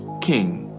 king